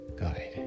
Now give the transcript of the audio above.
guide